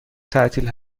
تعطیل